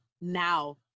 now